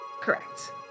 Correct